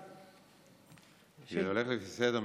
191. אני הולך לפי סדר מסוים.